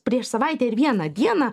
prieš savaitę ir vieną dieną